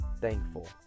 thankful